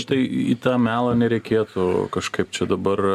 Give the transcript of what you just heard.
štai į tą melą nereikėtų kažkaip čia dabar